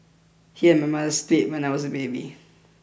he and my mother split when I was a baby